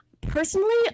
Personally